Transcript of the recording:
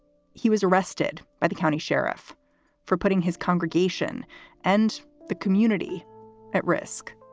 he was arrested by the county sheriff for putting his congregation and the community at risk.